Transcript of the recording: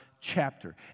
chapter